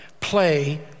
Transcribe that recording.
Play